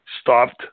stopped